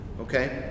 okay